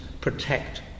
protect